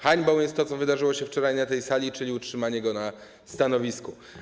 Hańbą jest to, co wydarzyło się wczoraj na tej sali, czyli utrzymanie go na stanowisku.